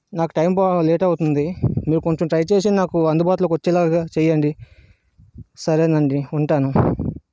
నాకు టైం పోవాలి లేట్ అవుతుంది మీరు కొంచెం ట్రై చేసి నాకు అందుబాటులోకి వచ్చేలాగా చేయండి సరేనండి ఉంటాను